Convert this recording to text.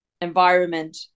environment